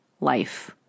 life